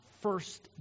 first